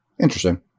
Interesting